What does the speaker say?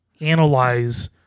analyze